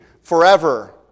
forever